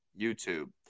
YouTube